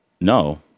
no